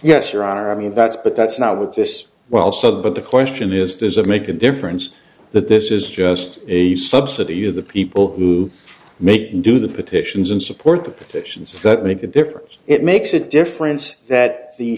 yes your honor i mean that's but that's not with this well so but the question is does it make a difference that this is just a subsidy you the people who make do the petitions and support the petitions that make a difference it makes a difference that the